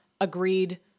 agreed